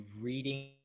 reading